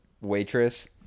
waitress